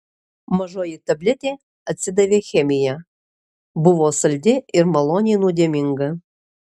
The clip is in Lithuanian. mažoji tabletė atsidavė chemija buvo saldi ir maloniai nuodėminga